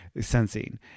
sensing